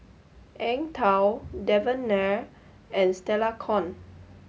Eng Tow Devan Nair and Stella Kon